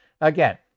again